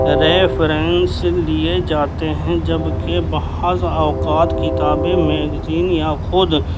reference لیے جاتے ہیں جبکہ بعض اوقات کتابیں میگزین یا خود